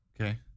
Okay